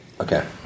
Okay